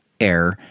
air